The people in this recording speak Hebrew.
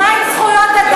מה עם זכויות אדם?